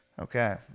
Okay